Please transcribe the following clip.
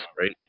right